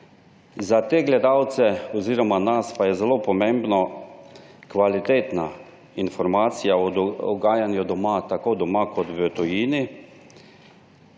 Za te gledalce oziroma za nas pa je zelo pomembna kvalitetna informacija o dogajanju tako doma kot v tujini,